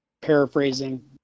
paraphrasing